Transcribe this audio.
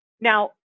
Now